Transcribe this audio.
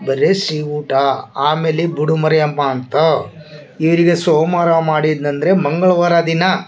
ಬರಿ ಸಿಹಿ ಊಟ ಆಮೇಲೆ ಬುಡುಮರಿ ಅಮ್ಮ ಅಂತ ಇವರಿಗೆ ಸೋಮವಾರ ಮಾಡಿದ್ನಂದರೆ ಮಂಗಳವಾರ ದಿನ